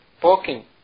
poking